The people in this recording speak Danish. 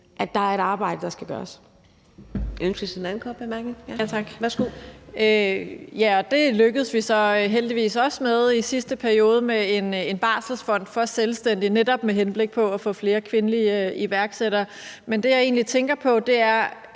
at der er et arbejde, der skal gøres.